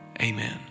Amen